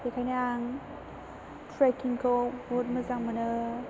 बेखायनो आं ट्रेकिंखौ बुहुत मोजां मोनो